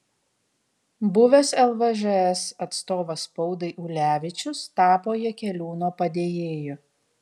buvęs lvžs atstovas spaudai ulevičius tapo jakeliūno padėjėju